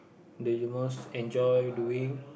do you most enjoy doing